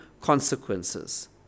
consequences